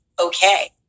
okay